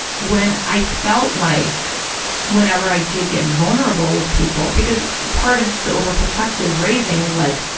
when i felt like whenever i did get vulnerable with people, because part of the overprotective raising is like,